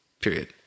period